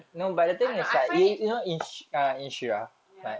I don't know I find it ya